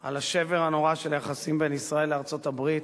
על השבר הנורא של היחסים בין ישראל לארצות-הברית,